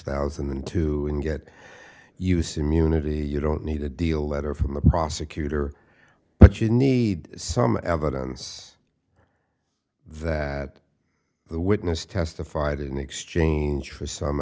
thousand and two and get use immunity you don't need a deal letter from the prosecutor but you need some evidence that the witness testified in exchange for some